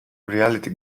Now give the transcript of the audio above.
reality